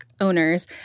owners